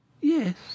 Yes